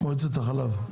מועצת החלב,